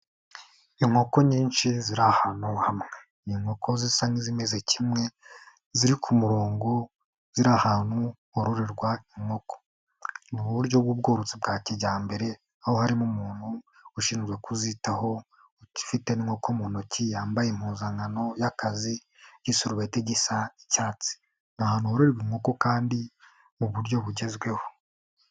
Inkoko nyinshi ziri ahantu hamwe, ni inkoko zisa n'izimeze kimwe ziri ku murongo, ziri ahantu hororerwa inkoko, ni mu buryo bw'ubworozi bwa kijyambere aho harimo umuntu ushinzwe kuzitaho ufite n'inkoko mu ntoki, yambaye impuzankano y'akazi igisurubeti gisa icyatsi, ni ahantu hororerwa inkoko kandi mu buryo bugezweho.